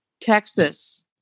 Texas